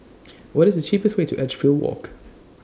What IS The cheapest Way to Edgefield Walk